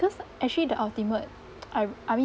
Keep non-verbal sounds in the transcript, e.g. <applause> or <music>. because actually the ultimate <noise> I I mean